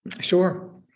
sure